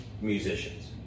musicians